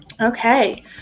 Okay